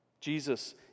Jesus